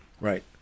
Right